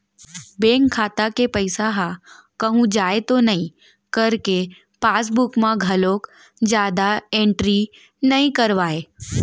bank खाता के पइसा ह कहूँ जाए तो नइ करके पासबूक म घलोक जादा एंटरी नइ करवाय